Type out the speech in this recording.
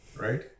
Right